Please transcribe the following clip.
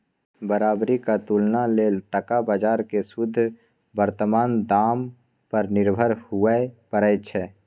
बराबरीक तुलना लेल टका बजार केँ शुद्ध बर्तमान दाम पर निर्भर हुअए परै छै